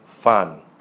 fun